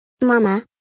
Mama